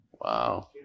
wow